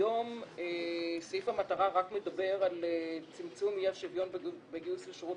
היום סעיף המטרה רק מדבר על צמצום אי השוויון בגיוס לשירות